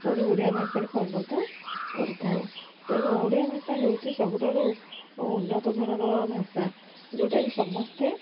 ପୁଣି ଓଡ଼ିଆ ଭାଷାରେ ପରିଣତ କରିଥାଉ ତେଣୁ ଓଡ଼ିଆ ଭାଷା ହେଉଛି ସବୁଠାରୁ ଉନ୍ନତ ଧରଣର ଭାଷା ଯେଉଁଟାକି ସମସ୍ତେ